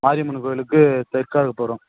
மாரியம்மன் கோயிலுக்கு தெற்காப்புறம்